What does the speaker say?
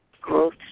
growth